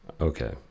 okay